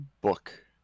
book